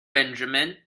benjamin